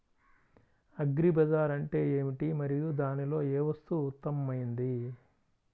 Agri బజార్ అంటే ఏమిటి మరియు దానిలో ఏ వస్తువు ఉత్తమమైనది?